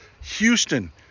Houston